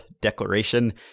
declaration